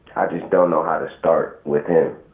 i just don't know how to start with him.